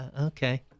okay